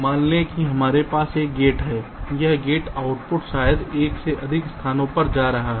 मान लें कि हमारे पास एक गेट है यह गेट आउटपुट शायद एक से अधिक स्थानों पर जा रहा है